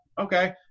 Okay